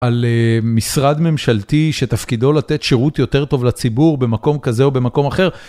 על משרד ממשלתי שתפקידו לתת שירות יותר טוב לציבור במקום כזה או במקום אחר.